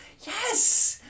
Yes